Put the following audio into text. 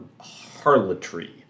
harlotry